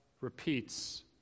repeats